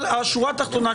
השורה התחתונה,